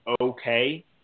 okay